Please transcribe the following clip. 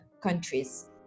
countries